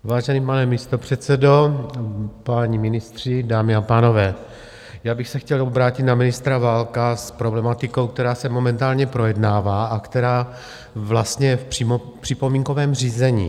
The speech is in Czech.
Vážený pane místopředsedo, páni ministři, dámy a pánové, já bych se chtěl obrátit na ministra Válka s problematikou, která se momentálně projednává a která je přímo v připomínkovém řízení.